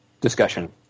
discussion